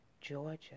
Georgia